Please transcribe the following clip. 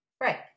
Right